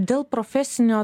dėl profesinio